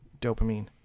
dopamine